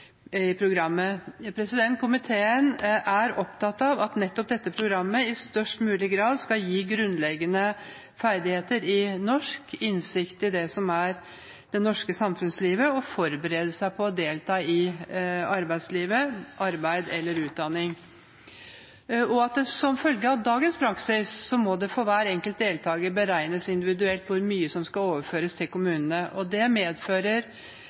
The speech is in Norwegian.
programmet. Komiteen er opptatt av at dette programmet i størst mulig grad skal gi grunnleggende ferdigheter i norsk og innsikt i det som er det norske samfunnslivet, og forberede til deltakelse i det norske arbeidslivet eller utdanning, og at det som følge av dagens praksis for hver enkelt deltaker må beregnes individuelt hvor mye som skal overføres til kommunene. Det medfører byråkrati og ressursbruk og innebærer i praksis en dobbeltfinansiering, hvilket komiteen ser som uhensiktsmessig. Det